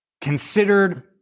Considered